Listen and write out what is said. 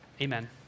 Amen